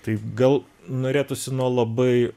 tai gal norėtųsi nuo labai